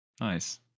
Nice